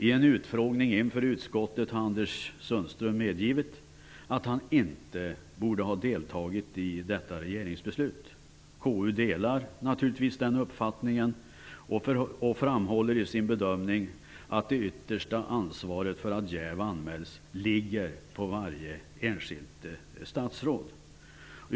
I en utfrågning inför utskottet har Anders Sundström medgivit att han inte borde ha deltagit i detta regeringsbeslut. KU delar naturligtvis den uppfattningen och framhåller i sin bedömning att det yttersta ansvaret för att jäv anmäls ligger på varje enskilt statsråd.